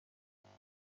باران